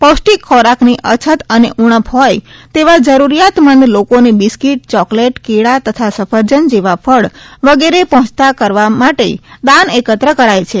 ૌષ્ટિક ખોરાકની અછત અને ઉણ હોય તેવા જરૂરિયાતમંદ લોકોને બિસ્કીટ ચોકલેટ કેળા તથા સફરજન જેવા ફળ વગેરે હોંચતા કરવા માટે દાન એકત્ર કરાય છે